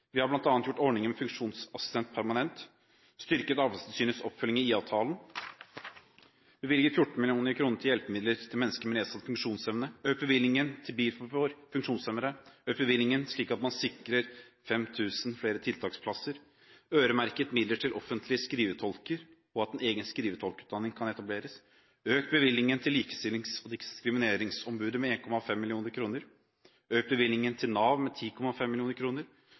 Vi har bl.a. gjort ordningen med funksjonsassistent permanent styrket Arbeidstilsynets oppfølging av IA-avtalen bevilget 14 mill. kr til hjelpemidler til mennesker med nedsatt funksjonsevne økt bevilgningen til bil for funksjonshemmede økt bevilgingen slik man sikrer 5 000 flere tiltaksplasser øremerket midler til offentlige skrivetolker, og at en egen skrivetolkutdanning kan etableres økt bevilgningen til Likestillings- og diskrimineringsombudet med 1,5 mill. kr økt bevilgningen til Nav med 10,5